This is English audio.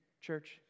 church